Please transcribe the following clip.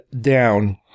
down